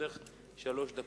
לרשותך שלוש דקות.